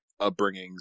upbringings